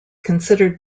considered